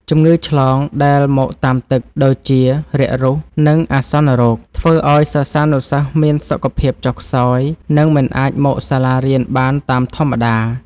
ជំងឺឆ្លងដែលមកតាមទឹក ដូចជារាករូស និងអាសន្នរោគ ធ្វើឱ្យសិស្សានុសិស្សមានសុខភាពចុះខ្សោយ និង មិនអាចមកសាលារៀនបានតាមធម្មតា។